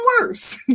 worse